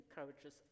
encourages